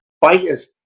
Fighters